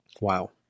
Wow